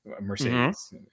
mercedes